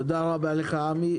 תודה רבה לך, עמי.